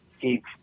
keep